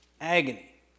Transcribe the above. Agony